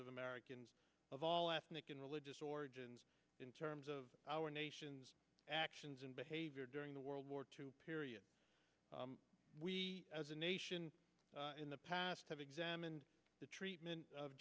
of americans of all ethnic and religious origins in terms of our nation's actions and behavior during the world war two period we as a nation in the past have examined the treatment of